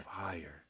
fire